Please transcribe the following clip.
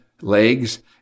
legs